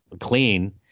clean